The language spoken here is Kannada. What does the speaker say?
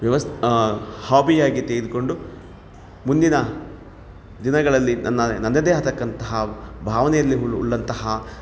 ವ್ಯವಸ್ಥೆ ಹಾಬಿಯಾಗಿ ತೆಗೆದುಕೊಂಡು ಮುಂದಿನ ದಿನಗಳಲ್ಲಿ ನನ್ನ ನನ್ನದೇ ಆತಕ್ಕಂತಹ ಭಾವನೆಯಲ್ಲಿ ಉಳ್ಳ ಉಳ್ಳಂತಹ